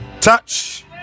touch